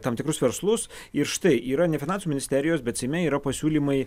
tam tikrus verslus ir štai yra ne finansų ministerijos bet seime yra pasiūlymai